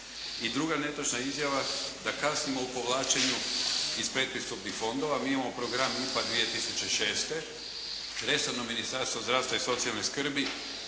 I druga netočna izjava da kasnimo u povlačenju iz predpristupnih fondova. Mi imamo program IPA iz 2006. Resorno Ministarstvo zdravstva i socijalne skrbi